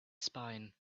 spine